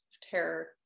terror